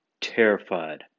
terrified